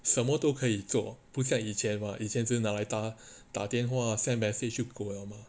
什么都可以做不像以前嘛以前吗以前只拿来打打电话 send message 就够了了吗